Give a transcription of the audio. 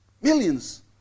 Millions